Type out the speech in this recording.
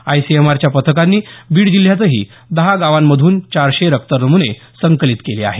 आयसीएमआरच्या पथकांनी बीड जिल्ह्यातही दहा गावांमधून चारशे रक्तनमुने संकलित केले आहेत